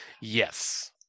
Yes